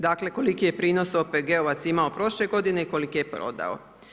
Dakle, koliki je prinos OPG-ovac imao prošle godine i koliko je prodao.